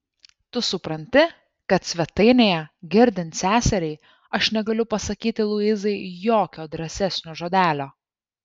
tu supranti kad svetainėje girdint seseriai aš negaliu pasakyti luizai jokio drąsesnio žodelio